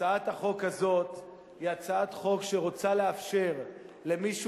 הצעת החוק הזאת היא הצעת חוק שרוצה לאפשר למי שהוא